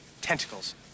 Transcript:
Tentacles